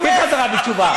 מי בחזרה בתשובה?